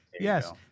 Yes